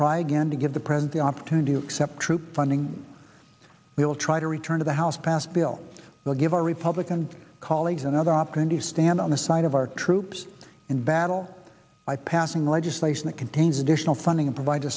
try again to give the present the opportunity to accept troop funding we will try to return to the house passed bill will give our republican colleagues another opportunity stand on the side of our troops in battle by passing legislation that contains additional funding and provides a